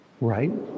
right